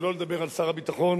שלא לדבר על שר הביטחון,